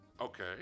Okay